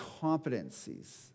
competencies